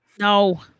No